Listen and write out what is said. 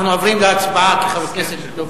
אנחנו עוברים להצבעה כי חבר הכנסת דב